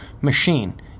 machine